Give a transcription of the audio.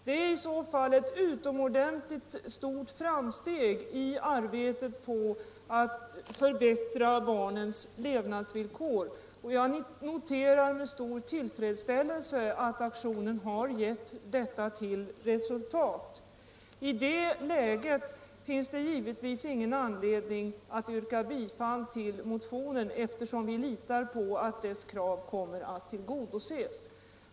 Det är i så fall ett utomordentligt stort framsteg i arbetet på att förbättra barnens levnadsvillkor, och jag noterar med stor tillfredsställelse att vår aktion i riksdagen har gett detta till resultat. I det läget finns det givetvis ingen anledning att yrka bifall till motionen, eftersom vi litar på att dessa krav kommer att tillgodoses.